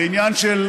זה עניין של,